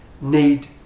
need